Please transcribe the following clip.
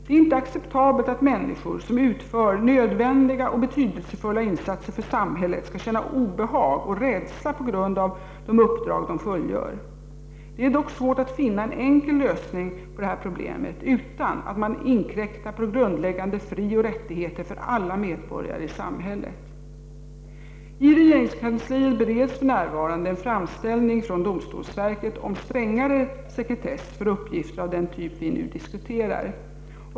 Det är inte acceptabelt att människor som utför nödvändiga och betydelsefulla insatser för samhället skall känna obehag och rädsla på grund av de uppdrag de fullgör. Det är dock svårt att finna en enkel lösning på detta problem utan att man inkräktar på grundläggande frioch rättigheter för alla medborgare i samhället. I regeringskansliet bereds för närvarande en framställning från domstolsverket om strängare sekretess för uppgifter av den typ vi nu diskuterar.